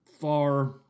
far